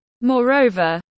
Moreover